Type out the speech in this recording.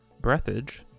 Breathage